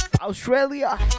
Australia